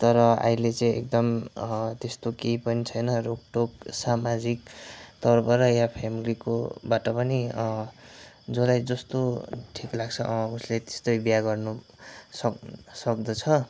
तर अहिले चाहिँ एकदम त्यस्तो केही पनि छैन रोकटोक सामाजिक तरफबाट या फेमिलीकोबाट पनि जसलाई जस्तो ठिक लाग्छ उसले त्यस्तै बिहा गर्नु सक् सक्दछ